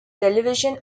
television